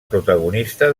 protagonista